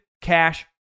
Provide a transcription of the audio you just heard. cash